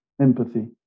Empathy